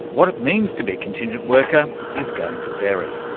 what it means to be a contingent worker is going to vary.